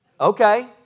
Okay